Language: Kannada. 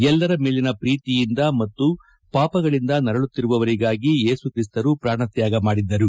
ಎಲ್ಲರ ಮೇಲಿನ ಪ್ರೀತಿಯಿಂದ ಮತ್ತು ಪಾಪಗಳಿಂದ ನರಳುತ್ತಿರುವವರಿಗಾಗಿ ಏಸುಕ್ರಿಸ್ತರು ಪ್ರಾಣ ತ್ಯಾಗಮಾಡಿದ್ದರು